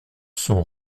sont